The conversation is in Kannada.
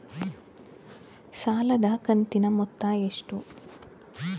ಸಾಲದ ಕಂತಿನ ಮೊತ್ತ ಎಷ್ಟು?